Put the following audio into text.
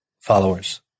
followers